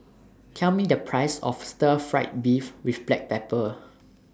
Tell Me The Price of Stir Fried Beef with Black Pepper